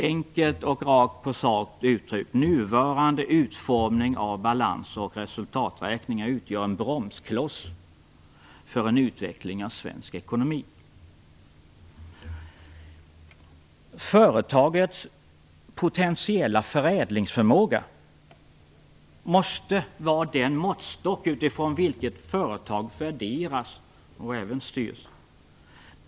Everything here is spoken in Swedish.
Enkelt och rakt uttryckt: Nuvarande utformning av balans och resultaträkningar utgör en bromskloss för en utveckling av svensk ekonomi. Företagets potentiella förädlingsförmåga måste vara den måttstock utifrån vilken företag värderas och även styrs.